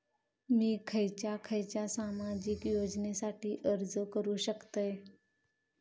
मी खयच्या खयच्या सामाजिक योजनेसाठी अर्ज करू शकतय?